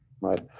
right